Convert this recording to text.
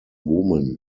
woman